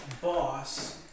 boss